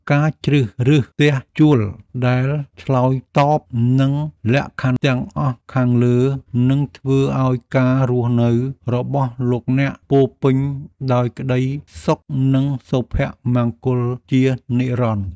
ការជ្រើសរើសផ្ទះជួលដែលឆ្លើយតបនឹងលក្ខខណ្ឌទាំងអស់ខាងលើនឹងធ្វើឱ្យការរស់នៅរបស់លោកអ្នកពោរពេញដោយក្តីសុខនិងសុភមង្គលជានិរន្តរ៍។